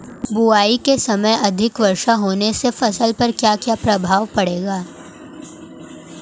बुआई के समय अधिक वर्षा होने से फसल पर क्या क्या प्रभाव पड़ेगा?